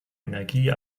energie